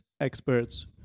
experts